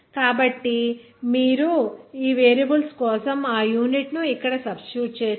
కాబట్టి మీరు ఈ వేరియబుల్స్ కోసం ఆ యూనిట్ను ఇక్కడ సబ్స్టిట్యూట్ చేస్తే